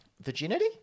virginity